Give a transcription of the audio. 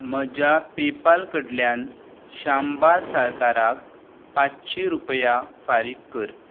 म्हज्या पेपाल कडल्यान शांबा साळकारक पांचशी रुपया फारीक कर